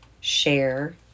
share